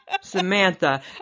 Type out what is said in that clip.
Samantha